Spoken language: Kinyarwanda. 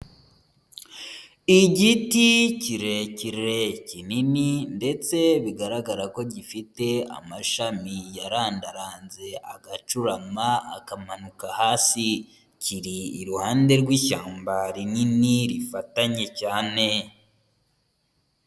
Igiti kirekire kinini, ndetse bigaragara ko gifite amashami yarandaranze agacurama, akamanuka hasi, kiri iruhande rw'ishyamba rinini, rifatanye cyane.